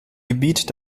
gebiet